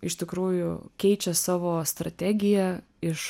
iš tikrųjų keičia savo strategiją iš